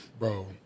Bro